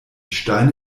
steine